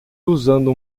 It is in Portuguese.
usando